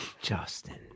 Justin